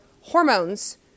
hormones